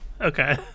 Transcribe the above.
Okay